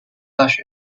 大学